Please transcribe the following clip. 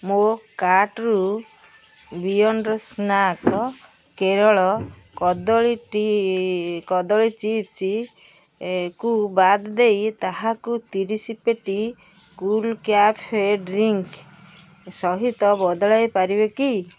ମୋ କାର୍ଟ୍ରୁ beyond snack Kerala କଦଳୀ ଟି କଦଳୀ ଚିପ୍ସ କୁ ବାଦ ଦେଇ ତାହାକୁ ତିରିଶି ପେଟି କୂଲ୍ କ୍ୟାଫେ ଡ୍ରିଙ୍କ୍ ସହିତ ବଦଳାଇ ପାରିବେ କି